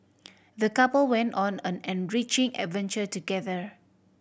the couple went on an enriching adventure together